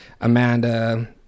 Amanda